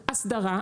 אסדרה,